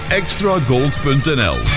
extragold.nl